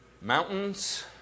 mountains